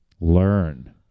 learn